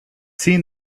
seen